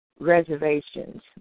reservations